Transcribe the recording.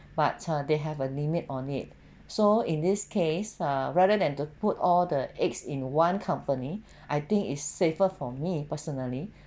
but uh they have a limit on it so in this case err rather than to put all the eggs in one company I think is safer for me personally